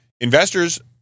Investors